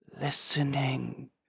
listening